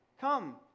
Come